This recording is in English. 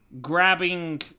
grabbing